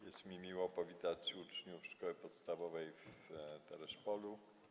Jest mi miło powitać uczniów szkoły podstawowej w Tereszpolu.